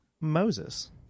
Moses